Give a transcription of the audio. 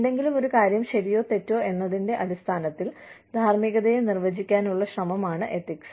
എന്തെങ്കിലുമൊരു കാര്യം ശരിയോ തെറ്റോ എന്നതിന്റെ അടിസ്ഥാനത്തിൽ ധാർമ്മികതയെ നിർവചിക്കാനുള്ള ശ്രമമാണ് എത്തിക്സ്